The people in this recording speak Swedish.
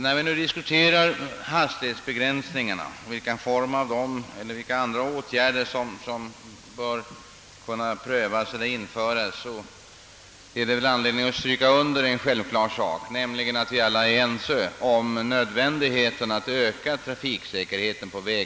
När vi nu diskuterar vilka former av hastighetsbegränsning eller andra åtgärder som bör kunna prövas, finns det väl anledning att understryka en självklar sak, nämligen att vi alla är ense om nödvändigheten av att öka trafiksäkerheten.